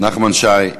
נחמן שי?